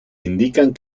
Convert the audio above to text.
indican